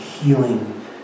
healing